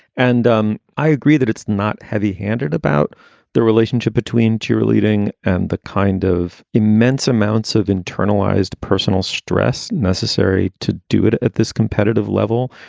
and um i agree that it's not heavy handed about the relationship between cheerleading and the kind of immense amounts of internalized personal stress necessary to do it at this competitive level.